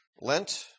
Lent